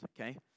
okay